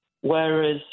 whereas